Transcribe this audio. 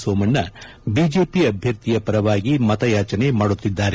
Somanna BJP ಅಭ್ಯರ್ಥಿಯ ಪರವಾಗಿ ಮತಯಾಚನೆ ಮಾಡಿದ್ದಾರೆ